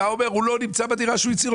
אתה אומר שהוא לא נמצא בדירה שעליה או הצהיר,